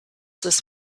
this